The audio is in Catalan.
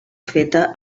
feta